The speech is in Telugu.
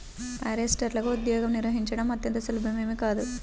ఫారెస్టర్లగా ఉద్యోగం నిర్వహించడం అంత సులభమేమీ కాదు